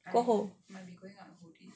过后